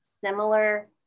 similar